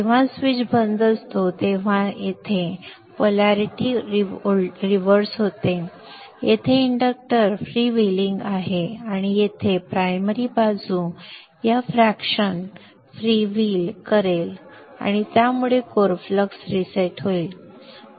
जेव्हा स्विच बंद असतो तेव्हा तेथे ध्रुवीयतेचे उलट होते येथे इंडक्टर फ्रीव्हीलिंग आहे आणि येथे प्राइमरी बाजू या फ्रॅक्शन फ्रीव्हील करेल आणि त्यामुळे कोर फ्लक्स रीसेट होईल